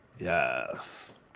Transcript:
Yes